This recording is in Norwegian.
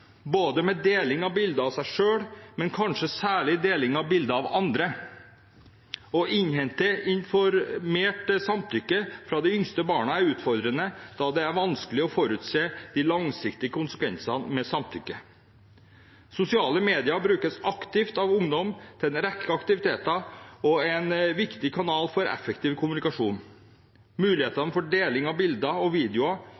både deling av bilder av seg selv og kanskje særlig deling av bilder av andre. Å innhente informert samtykke fra de yngste barna er utfordrende da det er vanskelig å forutse de langsiktige konsekvensene av samtykke. Sosiale medier brukes aktivt av ungdom til en rekke aktiviteter og er en viktig kanal for effektiv kommunikasjon.